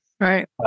Right